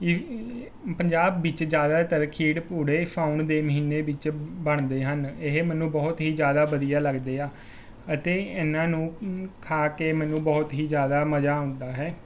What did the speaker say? ਈ ਪੰਜਾਬ ਵਿੱਚ ਜ਼ਿਆਦਾਤਰ ਖੀਰ ਪੂੜੇ ਸਾਉਣ ਦੇ ਮਹੀਨੇ ਵਿੱਚ ਬਣਦੇ ਹਨ ਇਹ ਮੈਨੂੰ ਬਹੁਤ ਹੀ ਜ਼ਿਆਦਾ ਵਧੀਆ ਲੱਗਦੇ ਆ ਅਤੇ ਇਹਨਾਂ ਨੂੰ ਖਾ ਕੇ ਮੈਨੂੰ ਬਹੁਤ ਹੀ ਜ਼ਿਆਦਾ ਮਜ਼ਾ ਆਉਂਦਾ ਹੈ